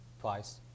twice